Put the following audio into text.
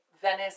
Venice